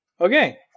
Okay